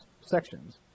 sections